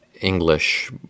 English